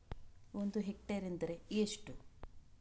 ಒಂದು ಹೆಕ್ಟೇರ್ ಎಂದರೆ ಎಷ್ಟು?